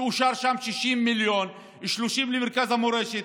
שאושרו שם 60 מיליון, 30 למרכז המורשת,